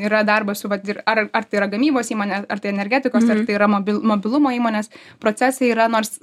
yra darbas su vat ir ar ar tai yra gamybos įmonė ar tai energetikos ar tai yra mobil mobilumo įmonės procesai yra nors